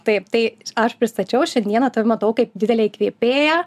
taip tai aš pristačiau šiandieną tave matau kaip didelę įkvėpėją